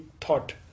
thought